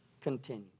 continue